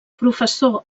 professor